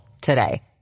today